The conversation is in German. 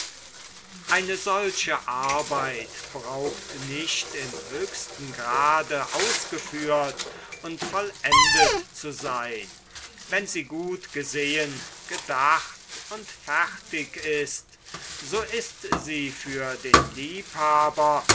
eine solche arbeit braucht nicht im höchsten grade ausgeführt und vollendet zu sein wenn sie gut gesehen gedacht und fertig ist so ist sie für den liebhaber